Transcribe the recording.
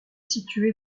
située